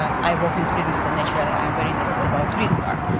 um i work in tourism so naturally, i am very interested about tourism part.